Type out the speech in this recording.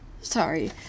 sorry